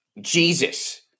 Jesus